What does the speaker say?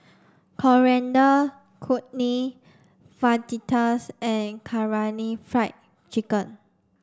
Coriander Chutney Fajitas and Karaage Fried Chicken